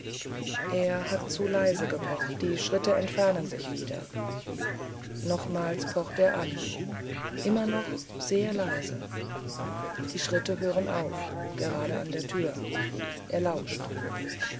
er hat zu leise gepocht die schritte entfernen sich wieder nochmals pocht er an immer noch sehr leise die schritte hören auf gerade an der tür er lauscht